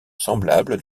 semblable